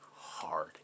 hard